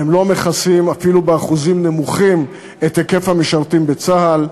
והן לא מכסות אפילו באחוזים נמוכים את היקף המשרתים בצה"ל.